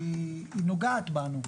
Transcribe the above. היא נוגעת בנו.